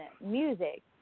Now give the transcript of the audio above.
music